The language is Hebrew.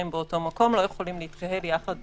באותו מקום לא יכולים להתקהל יחד במבנה,